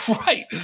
right